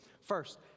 First